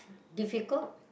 difficult